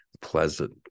pleasant